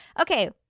Okay